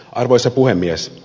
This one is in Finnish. arvoisa puhemies